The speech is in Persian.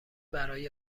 برای